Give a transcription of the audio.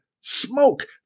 smoke